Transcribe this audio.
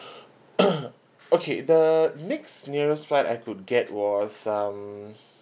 okay the next nearest flight I could get was um